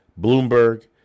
Bloomberg